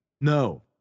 No